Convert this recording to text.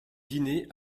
dîners